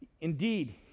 indeed